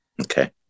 Okay